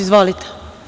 Izvolite.